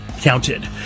counted